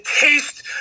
taste